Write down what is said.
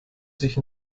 sich